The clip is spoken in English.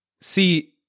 see